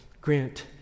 grant